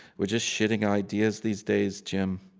we're just shitting ideas these days, jim.